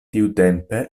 tiutempe